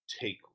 take